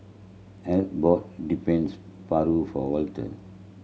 and bought depends paru for Walton